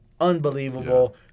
unbelievable